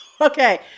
Okay